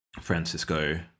francisco